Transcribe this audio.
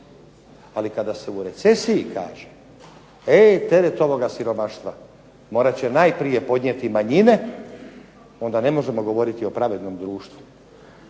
Ali kada se u recesiji kaže, ej teret ovog siromaštva morat će najprije podnijeti manjine, onda ne možemo govoriti o pravednom društvu.